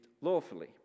lawfully